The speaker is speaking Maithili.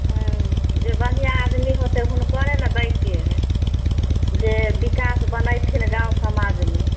हुँ जे बढ़िआँ आदमी हेतै हुनकरे ने दैके हइ जे विकास बनेथिन गाम समाजमे